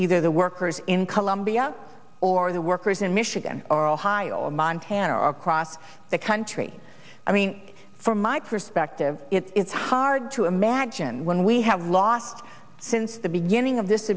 either the workers in columbia or the workers in michigan or ohio or montana or across the country i mean from my perspective it is hard to imagine when we have lost since the beginning of this